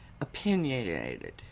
opinionated